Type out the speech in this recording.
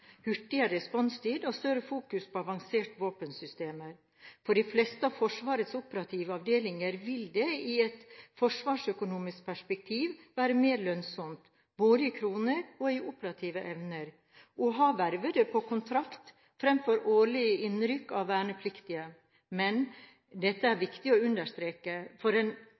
hurtigere responstid og større fokus på avanserte våpensystemer. For de fleste av Forsvarets operative avdelinger vil det i et forsvarsøkonomisk perspektiv være mer lønnsomt – både i kroner og i operativ evne – å ha vervede på kontrakt fremfor årlige innrykk av vernepliktige. Men – og dette er viktig å understreke: For en